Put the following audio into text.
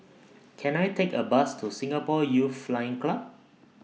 Can I Take A Bus to Singapore Youth Flying Club